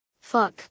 fuck